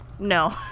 no